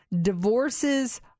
divorces